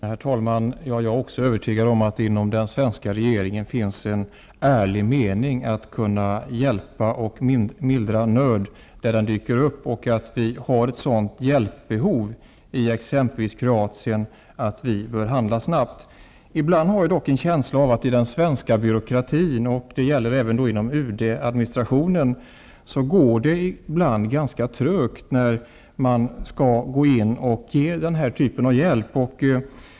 Herr talman! Också jag är övertygad om att det inom den svenska regeringen finns en ärlig vilja att hjälpa och lindra nöd när den dyker upp. Det är ett sådant hjälpbehov i exempelvis Kroatien att vi bör handla snabbt. Ibland har jag dock en känsla av att det i den svenska byråkratin, även inom UD-administrationen, kan gå ganska trögt när man skall förmedla den här typen av hjälp.